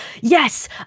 yes